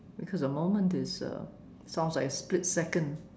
because a moment is um sounds like a split second